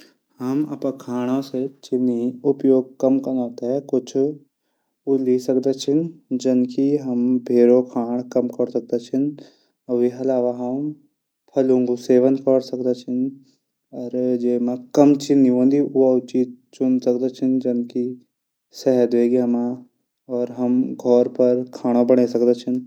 हम अपड खांणू मा चीनी उपयोग कम कनो थै। उ ले सकदा छन जनकी भैरो खाण कम कौर सकदा छन। वेक अलावा हम फलो सेवन कौर सकदा छन। जैमा कम चीनी हूंदी। चुन सकदा छन। जन की शहद वेगे और हम घौल पर खाणू बणै सकदा छःन।